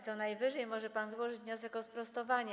Co najwyżej może pan złożyć wniosek o sprostowanie.